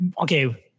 okay